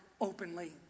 openly